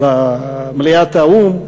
במליאת האו"ם,